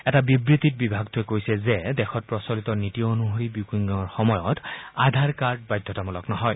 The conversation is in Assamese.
এটা বিবৃতিত বিভাগটোৱে কৈছে যে দেশত প্ৰচলিত নীতি অনুসৰি বুকিঙৰ সময়ত আধাৰ কাৰ্ড বাধ্যতামূলক নহয়